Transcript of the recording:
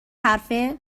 حرفه